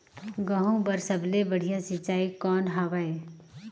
गहूं बर सबले बढ़िया सिंचाई कौन हवय?